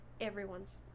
everyone's